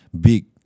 Big